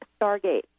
stargate